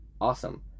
awesome